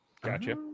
Gotcha